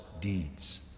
deeds